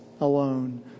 alone